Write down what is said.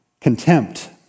contempt